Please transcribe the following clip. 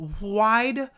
Wide